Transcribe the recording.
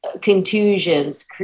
contusions